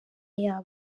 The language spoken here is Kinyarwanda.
yabo